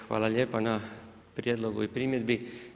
Hvala lijepo na prijedlogu i primjedbi.